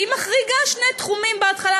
היא מחריגה שני תחומים בהתחלה.